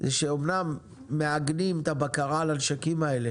זה שאומנם מעגנים את הבקרה על הנשקים האלה